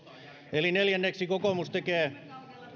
eli neljänneksi kokoomus tekee